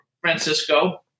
Francisco